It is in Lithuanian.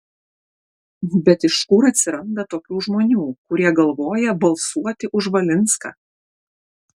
bet iš kur atsiranda tokių žmonių kurie galvoja balsuoti už valinską